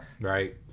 Right